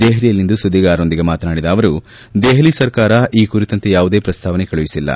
ದೆಹಲಿಯಲ್ಲಿಂದು ಸುದ್ವಿಗಾರರೊಂದಿಗೆ ಮಾತನಾಡಿದ ಅವರು ದೆಹಲಿ ಸರ್ಕಾರ ಈ ಕುರಿತಂತೆ ಯಾವುದೇ ಪ್ರಸ್ತಾವನೆ ಕಳುಹಿಸಿಲ್ಲ